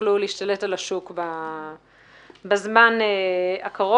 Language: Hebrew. יוכלו להשתלט על השוק בזמן הקרוב,